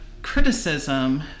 criticism